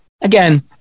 again